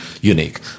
unique